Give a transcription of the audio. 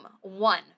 one